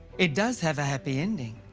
it does have a happy ending.